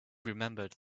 remembered